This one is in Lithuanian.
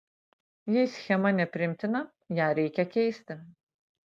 jei schema nepriimtina ją reikia keisti